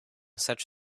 such